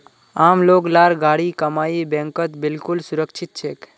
आम लोग लार गाढ़ी कमाई बैंकत बिल्कुल सुरक्षित छेक